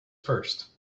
first